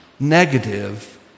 negative